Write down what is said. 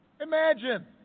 Imagine